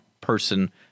person